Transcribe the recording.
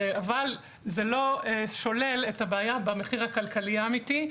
אבל זה לא שולל את הבעיה במחיר הכלכלי האמיתי.